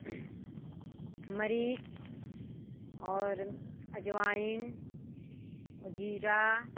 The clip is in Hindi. मरीच और अजवाइन ज़ीरा